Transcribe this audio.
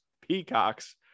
Peacocks